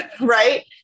Right